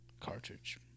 cartridge